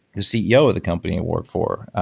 the ceo of the company worked for,